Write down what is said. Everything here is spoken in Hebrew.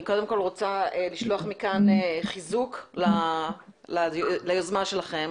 אני קודם כל רוצה לשלוח מכאן חיזוק ליוזמה שלכם,